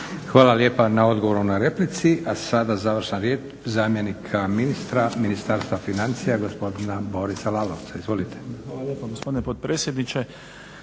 Hvala lijepa na odgovoru na replici, a sada završna riječ zamjenika ministra Ministarstva financija, gospodina Borisa Lalovca. Izvolite. **Lalovac, Boris** Hvala lijepo gospodine potpredsjedniče.